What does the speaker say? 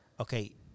Okay